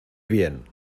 bien